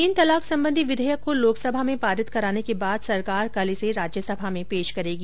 तीन तलाक संबंधी विधेयक को लोकसभा में पारित कराने के बाद सरकार कल इसे राज्यसभा में पेश करेगी